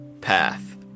path